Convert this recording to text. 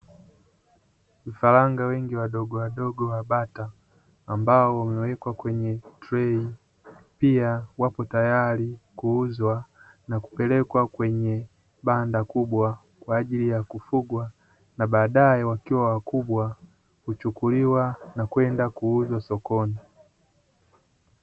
Vifaranga wengi wadogowadogo wa bata, ambao wamewekwa kwenye trei, pia wapo tayari kuuzwa na kupelekwa kwenye banda kubwa, kwa ajili ya kufugwa na baadaye wakiwa wakubwa, huchukuliwa na kwenda kuuzwa sokoni.